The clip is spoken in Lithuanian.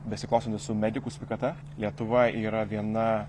besiklostantį su medikų sveikata lietuva yra viena